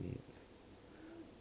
mates